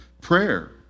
prayer